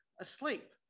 asleep